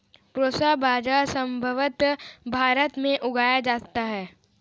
proso बाजरा संभवत भारत में उगाया जाता है